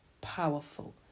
powerful